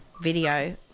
video